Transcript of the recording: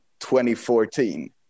2014